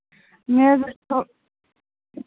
مےٚ حظ